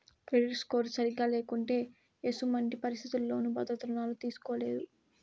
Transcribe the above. credit score సరిగా లేకుంటే ఎసుమంటి పరిస్థితుల్లోనూ భద్రత రుణాలు తీస్కోలేరు